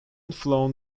flown